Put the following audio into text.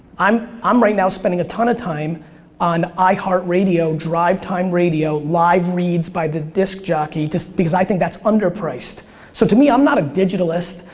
i'm i'm right now spending a ton of time on iheartradio drive time radio, live reads by the disc jockey, just because i think that's underpriced. so to me, i'm not a digitalist.